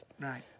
Right